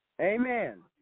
Amen